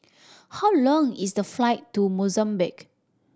how long is the flight to Mozambique